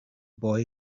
boy